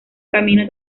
camino